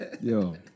Yo